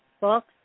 books